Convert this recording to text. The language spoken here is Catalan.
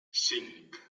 cinc